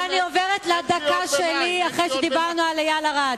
ואני עוברת לדקה שלי אחרי שדיברנו על איל ארד.